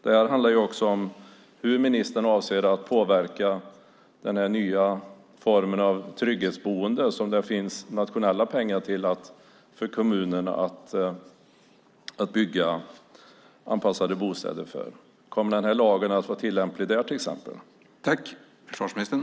Det handlar också om hur ministern avser att påverka den nya form av trygghetsboende som det finns nationella pengar till så att kommunerna kan bygga anpassade bostäder. Kommer den här lagen att vara tillämplig till exempel i det avseendet?